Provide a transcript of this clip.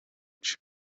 cha